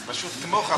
אני פשוט כמוך,